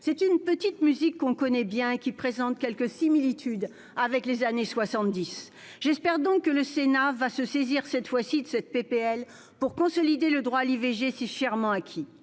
C'est une petite musique que l'on connaît bien et qui présente quelques similitudes avec les années 1970 ! J'espère donc que le Sénat va se saisir, cette fois-ci, de la présente proposition de loi pour consolider ce droit à l'IVG si chèrement acquis.